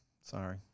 Sorry